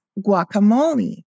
guacamole